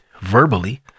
verbally